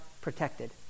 protected